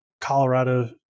Colorado